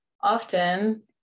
often